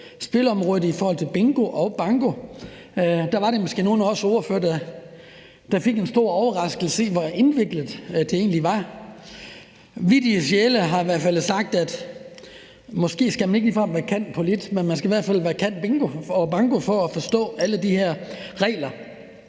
spilområdet i forhold til bingo og banko, var der måske nogle af os ordførere, der fik en stor overraskelse over, hvor indviklet det egentlig var. Vittige sjæle har i hvert fald sagt: Måske skal man ikke ligefrem være cand.polit., men man skal i hvert fald være cand.bingo og cand.banko for at forstå alle de her regler.